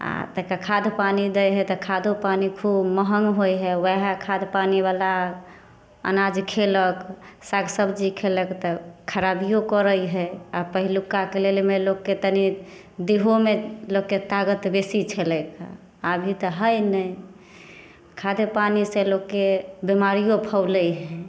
आ तऽ कऽ खाद पानी दै हइ तऽ खादो पानि खूब महँग होइ हइ वएह खाद पानि बला अनाज खेलक साग सब्जी खेलक तऽ खराबियो करै हइ आ पहिलुकाके लेलमे लोकके तनि देहोमे लोकके तागत बेसी छलैहँ अभी तऽ हइ नहि खादे पानि से लोकके बिमारियो फैलै हइ